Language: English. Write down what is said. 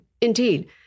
indeed